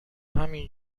همین